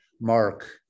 mark